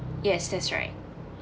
yes that's right